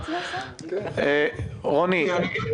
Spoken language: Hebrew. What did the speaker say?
רוני,